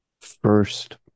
First